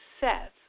Seth